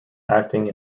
acting